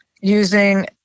using